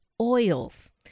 oils